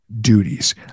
duties